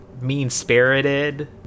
Mean-spirited